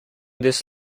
this